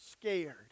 scared